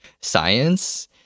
science